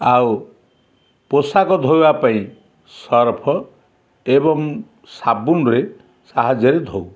ଆଉ ପୋଷାକ ଧୋଇବା ପାଇଁ ସର୍ଫ ଏବଂ ସାବୁନରେ ସାହାଯ୍ୟରେ ଧୋଉ